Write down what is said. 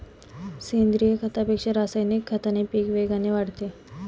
सेंद्रीय खतापेक्षा रासायनिक खताने पीक वेगाने वाढते